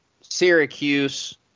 Syracuse